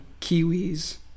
kiwis